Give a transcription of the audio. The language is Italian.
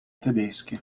tedesche